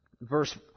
verse